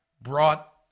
brought